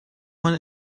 man